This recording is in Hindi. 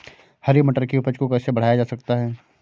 हरी मटर की उपज को कैसे बढ़ाया जा सकता है?